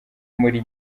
muri